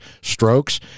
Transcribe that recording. strokes